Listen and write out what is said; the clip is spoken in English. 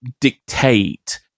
dictate